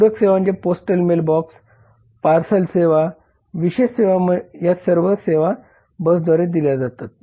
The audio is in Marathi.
पूरक सेवा म्हणजे पोस्टल मेल बॅग्स पार्सल सेवा विशेष सेवा या सर्व सेवा बसद्वारे दिल्या जातात